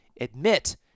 admit